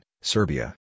Serbia